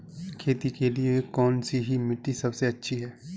खेती के लिए कौन सी मिट्टी सबसे अच्छी है?